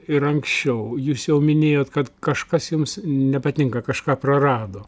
ir anksčiau jūs jau minėjot kad kažkas jums nepatinka kažką prarado